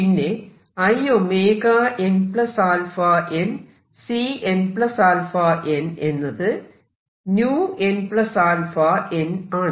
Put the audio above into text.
പിന്നെ inαnCnαn എന്നത് vnαn ആണ്